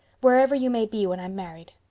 wherever you may be when i'm married.